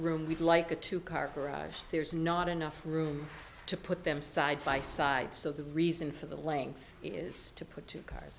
room we'd like a two car garage there's not enough room to put them side by side so the reason for the length is to put two car